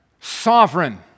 sovereign